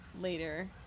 later